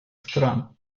стран